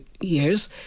years